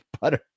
butter